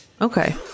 Okay